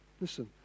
Listen